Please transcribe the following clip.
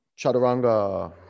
chaturanga